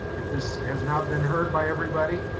if this has not been heard by everybody,